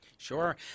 Sure